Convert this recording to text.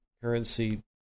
currency